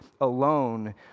alone